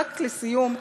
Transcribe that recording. רק לסיום,